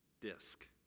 disc